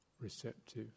receptive